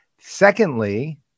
secondly